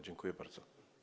Dziękuję bardzo.